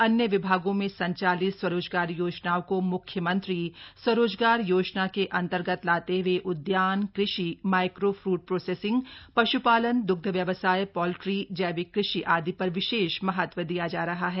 अन्य विभागों में संचालित स्वरोजगार योजनाओं को म्ख्यमंत्री स्वरोजगार योजना के अंतर्गत लाते हुए उद्यान कृषि माइक्रो फूड प्रोसेसिंग पश्पालन द्ग्ध व्यवसाय पोल्ट्री जैविक कृषि आदि पर विशेष महत्व दिया जा रहा है